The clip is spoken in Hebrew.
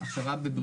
והמצב הוא נוראי,